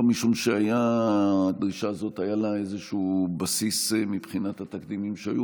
לא משום שלדרישה הזאת היה איזשהו בסיס מבחינת התקדימים שהיו